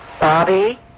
Bobby